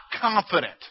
confident